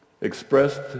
expressed